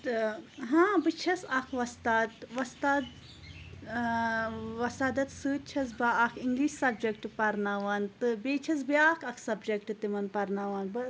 ہاں بہٕ چھَس اَکھ وۄستاد وۄستاد وَسادَت سۭتۍ چھَس بہٕ اَکھ اِنٛگلِش سَبجَکٹ پَرناوان تہٕ بیٚیہِ چھَس بیاکھ اَکھ سَبجَکٹ تِمَن پَرناوان بہٕ